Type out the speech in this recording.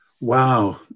Wow